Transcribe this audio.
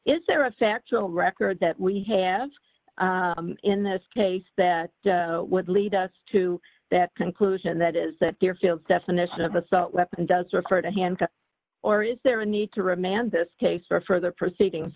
is there a factual record that we have in this case that would lead us to that conclusion that is that their field definition of assault weapon does refer to handcuffs or is there a need to remand this case for further proceedings